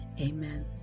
Amen